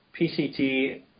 PCT